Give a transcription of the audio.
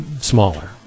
smaller